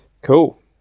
Cool